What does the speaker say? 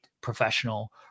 professional